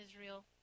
Israel